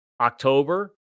October